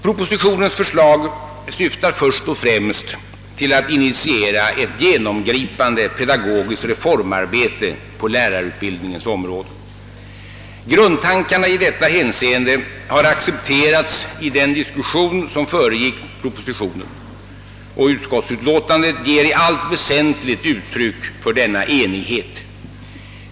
Propositionens förslag syftar först och främst till att initiera ett genompripande pedagogiskt reformarbete på lärarutbildningens område, Grundtankarna i detta hänseende har accepterats i den diskussion som föregick propositionen, och utskottsutlåtandet ger i allt väsentligt uttryck för denna enighet.